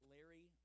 Larry